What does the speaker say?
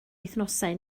wythnosau